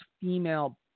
female